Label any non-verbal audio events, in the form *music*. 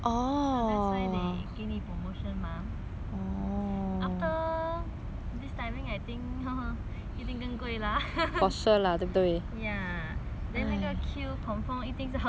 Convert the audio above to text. mah after this timing I think *laughs* 一定更贵 lah ya *laughs* ya then 那个 queue confirm 一定很长的